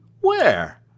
Where